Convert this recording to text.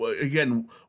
again